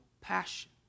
passion